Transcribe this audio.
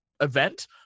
event